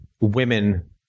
women